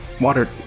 Water